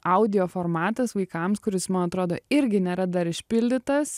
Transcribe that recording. audio formatas vaikams kuris man atrodo irgi nėra dar išpildytas